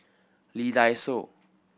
Lee Dai Soh